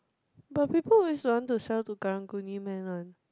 but people is want to sell to karang guni man one